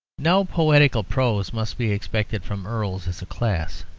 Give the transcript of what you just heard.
no poetical prose must be expected from earls as a class.